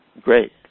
Great